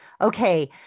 Okay